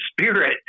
spirit